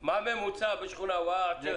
הממונה ייתן תנאים --- מכובדי,